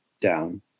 down